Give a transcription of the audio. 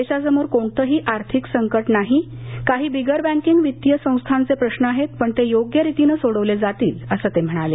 देशासमोर कोणतही आर्थिक संकट नाही काही बिगर बँकिंग वित्तीय संस्थांचे प्रश्न आहेत पण ते योग्यरितीनं सोडवले जातील असं ते म्हणाले